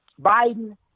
Biden